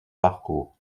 parcours